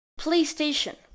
playstation